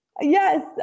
Yes